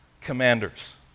commanders